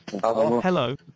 Hello